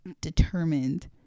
determined